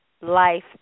life